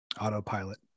Autopilot